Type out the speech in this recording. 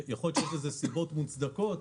אם יש מדד שלפיו גדלו התלונות ב-40%,